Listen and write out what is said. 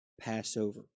Passover